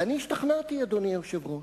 ואני השתכנעתי, אדוני היושב-ראש.